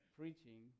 preaching